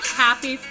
happy